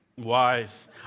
Wise